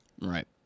Right